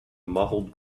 muffled